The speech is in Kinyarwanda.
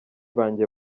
banjye